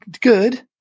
good